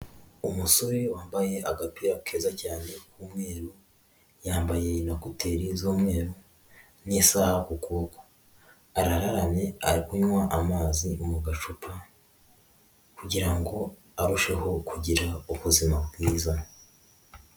Umusore wambaye agapira keza cyane k'umweru, yambaye na kuteri z'umweru n'isaha ku kuboko, araramye ari kunywa amazi mu gacupa kugira ngo arusheho kugira ubuzima bwiza.